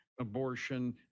abortion